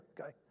okay